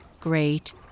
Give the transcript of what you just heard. great